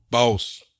Boss